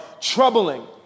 troubling